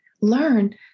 learn